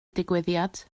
digwyddiad